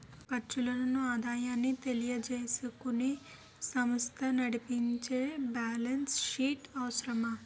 ఖర్చులను ఆదాయాన్ని తెలియజేసుకుని సమస్త నడిపించడానికి బ్యాలెన్స్ షీట్ అవసరం